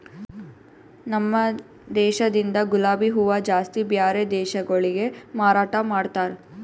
ನಮ ದೇಶದಿಂದ್ ಗುಲಾಬಿ ಹೂವ ಜಾಸ್ತಿ ಬ್ಯಾರೆ ದೇಶಗೊಳಿಗೆ ಮಾರಾಟ ಮಾಡ್ತಾರ್